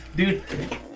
Dude